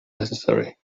necessary